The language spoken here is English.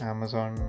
Amazon